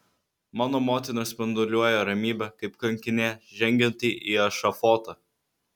mano motina spinduliuoja ramybe kaip kankinė žengianti į ešafotą